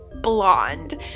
Blonde